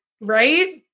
Right